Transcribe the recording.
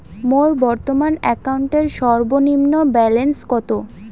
মোর বর্তমান অ্যাকাউন্টের সর্বনিম্ন ব্যালেন্স কত?